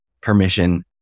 permission